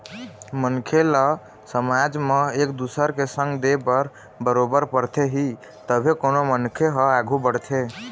मनखे ल समाज म एक दुसर के संग दे बर बरोबर परथे ही तभे कोनो मनखे ह आघू बढ़थे